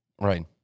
Right